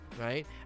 right